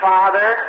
Father